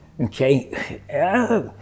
okay